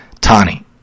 Tani